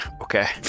Okay